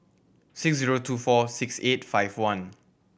six zero two four six eight five one